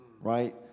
Right